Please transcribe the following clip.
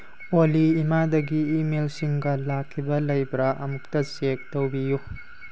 ꯑꯣꯂꯤ ꯏꯃꯥꯗꯒꯤ ꯏꯃꯦꯜꯁꯤꯡꯒ ꯂꯥꯛꯈꯤꯕ ꯂꯩꯕ꯭ꯔꯥ ꯑꯃꯨꯛꯇ ꯆꯦꯛ ꯇꯧꯕꯤꯌꯨ